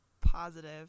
positive